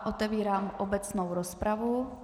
Otevírám obecnou rozpravu.